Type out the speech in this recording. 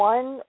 One